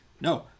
no